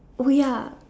oh ya